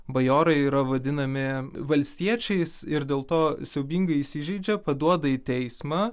bajorai yra vadinami valstiečiais ir dėl to siaubingai įsižeidžia paduoda į teismą